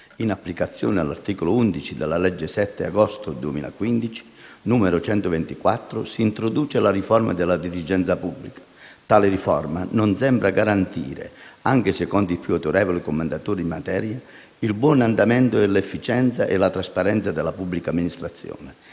in applicazione dell'articolo 11, della legge 7 agosto 2015, n. 124, si introduce la riforma della dirigenza pubblica. Tale riforma non sembra garantire, anche secondo i più autorevoli commentatori in materia, il buon andamento, l'efficienza e la trasparenza della pubblica amministrazione,